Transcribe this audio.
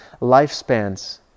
lifespans